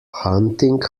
hunting